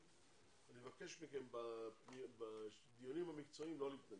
אני מבקש מכם בדיונים המקצועיים לא להתנגד.